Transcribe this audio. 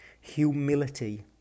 humility